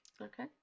okay